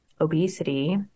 obesity